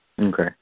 Okay